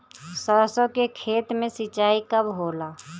सरसों के खेत मे सिंचाई कब होला?